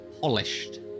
polished